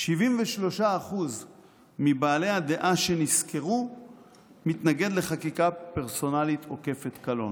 73% מבעלי הדעה שנסקרו מתנגדים לחקיקה פרסונלית עוקפת קלון.